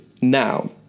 now